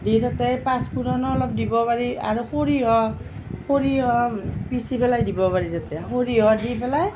দি তাতে পাচফুৰণ অলপ দিব পাৰি আৰু সৰিয়হ সৰিয়হ পিচি পেলাই দিব পাৰি তাতে সৰিয়হ দি পেলাই